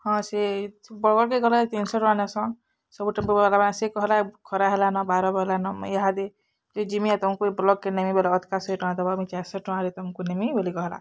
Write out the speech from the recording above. ହଁ ସେ ବରଗଡ଼୍ କେ ଗଲେ ତିନ୍ ଶ ଟଙ୍କା ନେଇସନ୍ ସବୁ ଟେମ୍ପୁ ଵାଲା ମାନେ ସେ କହିଲା ଖରା ହେଲାନ ବାରା ବାଜିଲା ନ ମୁଁ ଇହାଦେ ଜିମି ଆର୍ ତମକୁ ବ୍ଲକ୍ କେ ନେବି ବୋଲେ ଅଧିକା ଶହେ ଟଙ୍କା ଦେବ ମୁଇଁ ଚାର୍ ଶ ଟଙ୍କାରେ ତମ୍ କୁ ନେମି ବୋଲି କହେଲା